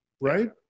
Right